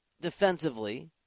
Defensively